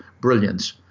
brilliance